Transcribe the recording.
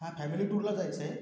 हां फॅमिली टूरला जायचं आहे